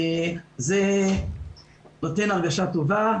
זה נותן הרגשה טובה.